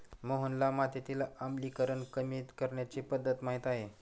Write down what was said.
मोहनला मातीतील आम्लीकरण कमी करण्याची पध्दत माहित आहे